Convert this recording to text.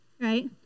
Right